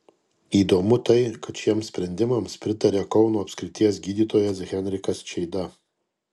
įdomu tai kad šiems sprendimams pritaria kauno apskrities gydytojas henrikas čeida